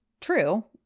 true